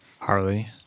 Harley